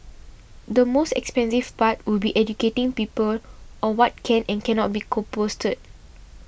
the most expensive part would be educating people on what can and cannot be composted